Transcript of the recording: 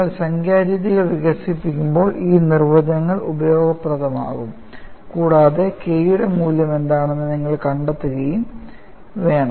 നിങ്ങൾ സംഖ്യാ രീതികൾ വികസിപ്പിക്കുമ്പോൾ ഈ നിർവചനങ്ങൾ ഉപയോഗപ്രദമാകും കൂടാതെ K യുടെ മൂല്യം എന്താണെന്ന് നിങ്ങൾ കണ്ടെത്തുകയും വേണം